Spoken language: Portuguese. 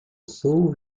sul